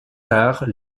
tard